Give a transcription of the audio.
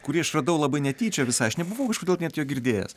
kurį aš radau labai netyčia visai aš nebuvau kažkodėl net jo girdėjęs